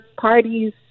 parties